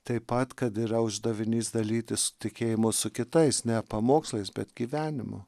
taip pat kad yra uždavinys dalytis tikėjimu su kitais ne pamokslais bet gyvenimu